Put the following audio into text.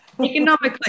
Economically